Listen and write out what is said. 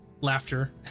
laughter